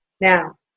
Now